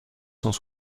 cent